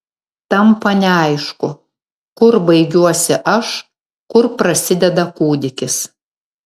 tampa neaišku kur baigiuosi aš kur prasideda kūdikis